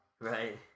Right